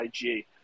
IG